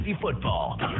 football